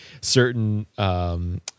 certain